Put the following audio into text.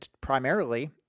primarily